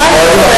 מה אני אעשה?